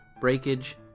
breakage